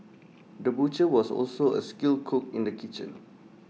the butcher was also A skilled cook in the kitchen